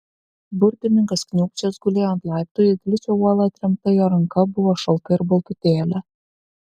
burtininkas kniūbsčias gulėjo ant laiptų į gličią uolą atremta jo ranka buvo šalta ir baltutėlė